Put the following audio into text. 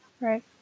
right